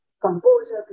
composer